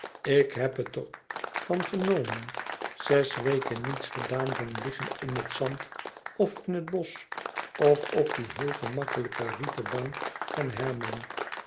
ik heb het er van genomen zes weken niets gedaan dan liggen in het zand of in het bosch of op die heel gemakkelijke rieten bank van herman